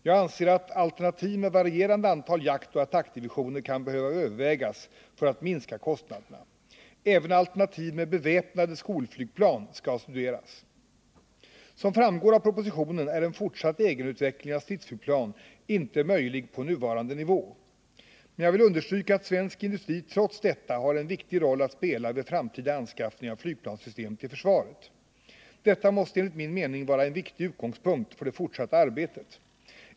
Jag anser att alternativ med varierande antal jaktoch attackdivisioner kan behöva övervägas för att minska kostnaderna. Även alternativ med beväpnade skolflygplan skall studeras. Som framgår av propositionen är en fortsatt egenutveckling av stridsflygplan inte möjlig på nuvarande nivå. Men jag vill understryka att svensk industri trots detta har en viktig roll att spela vid framtida anskaffning av flygplansystem till försvaret. Detta måste enligt min mening vara en utgångspunkt för det fortsatta arbetet.